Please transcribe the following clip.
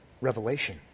Revelation